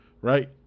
Right